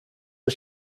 are